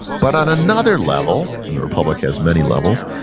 but on another level, and the republic has many levels,